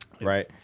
right